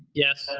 yes.